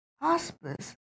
hospice